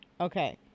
okay